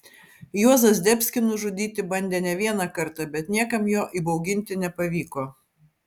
juozą zdebskį nužudyti bandė ne vieną kartą bet niekam jo įbauginti nepavyko